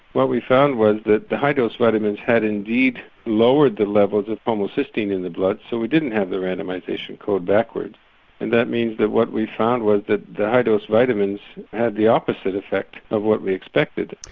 what we found was that the high dose vitamins had indeed lowered the levels of homocysteine in the blood so we didn't have the randomisation code backwards, and that means that what we found was that the high dose vitamins had the opposite effect of what we expected.